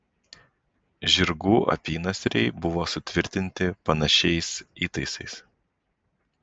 žirgų apynasriai buvo sutvirtinti panašiais įtaisais